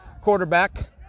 quarterback